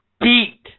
beat